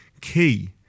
Key